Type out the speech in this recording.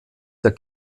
der